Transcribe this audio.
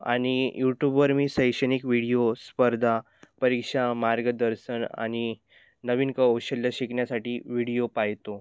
आणि यूटूबवर मी शैक्षणिक व्हिडिओ स्पर्धा परीक्षा मार्गदर्शन आणि नवीन कौशल्य शिकण्यासाठी व्हिडिओ पाहातो